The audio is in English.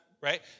right